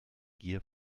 gier